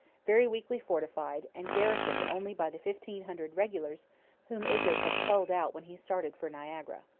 very weakly fortified, and garrisoned only by the fifteen hundred regulars whom izard had culled out when he started for niagara.